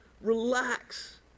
relax